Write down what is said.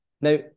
Now